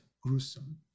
gruesome